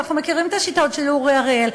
אנחנו מכירים את השיטות של אורי אריאל.